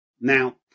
Now